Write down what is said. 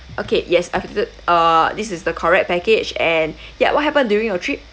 okay yes after err this is the correct package and yes what happened during your trip